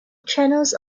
channels